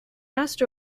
asked